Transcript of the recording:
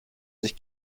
sich